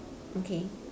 okay